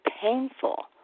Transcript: painful